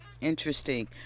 Interesting